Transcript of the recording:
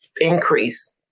increase